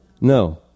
No